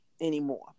anymore